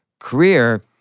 career